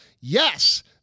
Yes